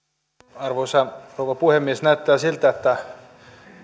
arvoisa rouva puhemies näyttää siltä että